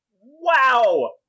wow